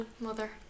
mother